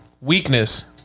weakness